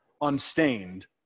unstained